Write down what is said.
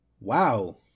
Wow